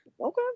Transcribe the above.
Okay